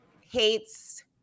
hates